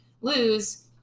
Lose